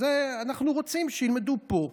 אנחנו רוצים שילמדו פה.